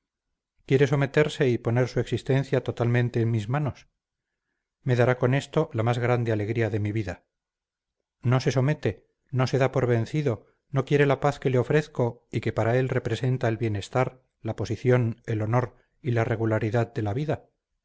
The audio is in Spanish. quiere someterse y poner su existencia totalmente en mis manos me dará con esto la más grande alegría de mi vida no se somete no se da por vencido no quiere la paz que le ofrezco y que para él representa el bienestar la posición el honor y la regularidad de la vida